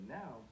now